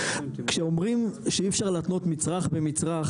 כשאומרים שאי אפשר להתנות מצרך במצרך,